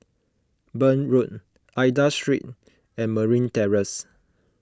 Burn Road Aida Street and Marine Terrace